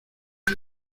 sus